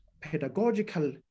pedagogical